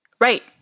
Right